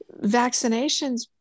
vaccinations